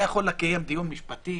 אתה יכול לקיים דיון משפטי